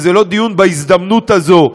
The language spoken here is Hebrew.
וזה לא דיון בהזדמנות הזו.